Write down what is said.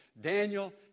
Daniel